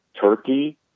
Turkey